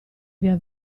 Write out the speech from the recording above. via